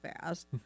fast